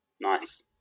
Nice